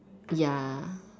ya